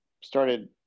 started